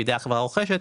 בידי החברה הרוכשת,